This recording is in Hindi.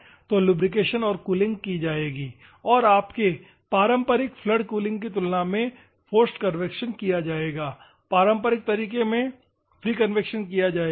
तो लुब्रिकेशन और कूलिंग की जाएगी और आपके पारंपरिक फ्लड कूलिंग की तुलना में फोर्स्ड कन्वेक्शन किया जाएगा पारंपरिक तरीके में फ्री कन्वेक्शन किया जाएगा